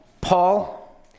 Paul